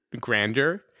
grandeur